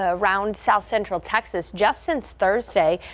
ah around south central texas just since thursday.